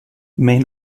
main